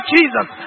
Jesus